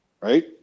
Right